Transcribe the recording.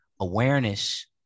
awareness